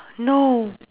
no